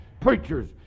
preachers